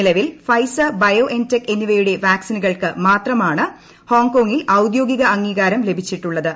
നിലവിൽ Pfizer BioNTech എന്നിവയുടെ വാക്സിനുകൾക്ക് മാത്രമാണ് ഹോങ്കോങ്ങിൽ ഔദ്യോഗിക അംഗീകാരം ലഭിച്ചിട്ടുള്ളത്